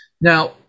Now